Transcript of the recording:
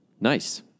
Nice